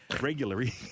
Regularly